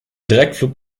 direktflug